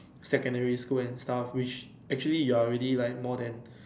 secondary school and stuff which actually you are already like more than